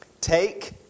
Take